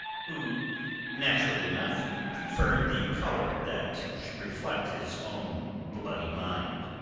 who naturally enough preferred the colour that should reflect his own bloody mind.